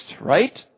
right